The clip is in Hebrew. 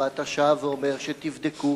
ואתה שב ואומר שתבדקו.